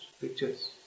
pictures